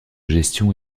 gestion